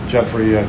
Jeffrey